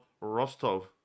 Rostov